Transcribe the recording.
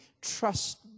trust